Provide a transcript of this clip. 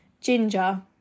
ginger